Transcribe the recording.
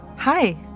Hi